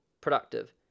productive